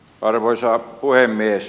arvoisa puhemies